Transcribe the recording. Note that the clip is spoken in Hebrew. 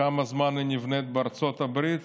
בכמה זמן היא נבנית בארצות הברית?